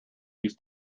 used